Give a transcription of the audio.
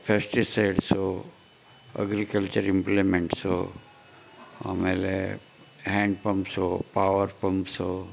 pesticides agriculture implements ಆಮೇಲೆ hand pumps power pumps